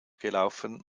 gelaufen